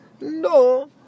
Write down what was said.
no